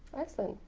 excellent,